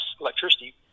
electricity